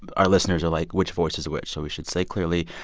our listeners are like, which voice is which? so we should say clearly,